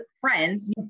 friends